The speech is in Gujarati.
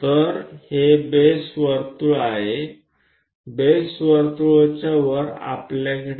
તો આ બેઝ વર્તુળ છે બેઝ વર્તુળની ઉપર આપણી પાસે આ ફ્લેંક્સ છે